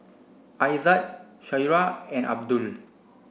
Aizat Syirah and Abdul